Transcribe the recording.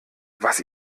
was